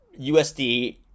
USD